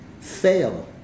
fail